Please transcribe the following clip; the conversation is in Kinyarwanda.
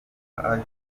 aje